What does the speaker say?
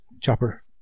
chopper